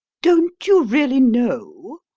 don't you really know?